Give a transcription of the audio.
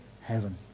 heaven